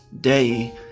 Day